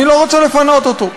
אני לא רוצה לפנות אותו.